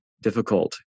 difficult